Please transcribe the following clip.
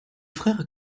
frère